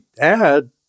add